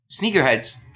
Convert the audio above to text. Sneakerheads